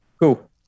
Cool